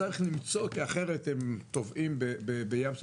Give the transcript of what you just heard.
צריך למצוא אי אחרת הם טובעים בים של